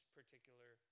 particular